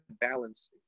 balance